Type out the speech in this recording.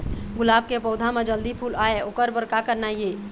गुलाब के पौधा म जल्दी फूल आय ओकर बर का करना ये?